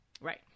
Right